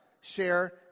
share